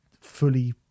fully